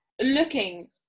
looking